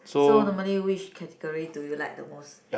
so normally which category do you like the most